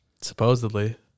Supposedly